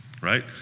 right